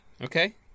Okay